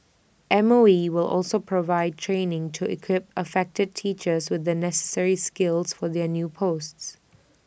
M O E will also provide training to equip affected teachers with the necessary skills for their new posts